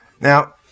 Now